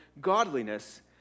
godliness